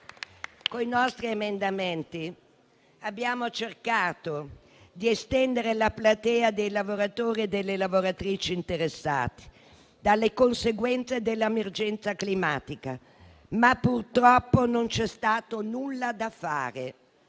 Con i nostri emendamenti, abbiamo cercato di estendere la platea dei lavoratori e delle lavoratrici interessati dalle conseguenze della emergenza climatica, ma purtroppo non c'è stato nulla da fare.